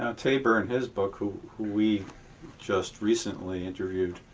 ah taber, in his book, who we just recently interviewed